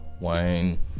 Wayne